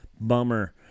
Bummer